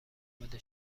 آماده